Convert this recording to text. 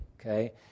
okay